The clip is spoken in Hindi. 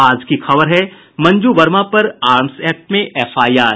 आज की खबर है मंजू वर्मा पर आर्म्स एक्ट में एफआईआर